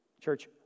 Church